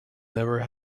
never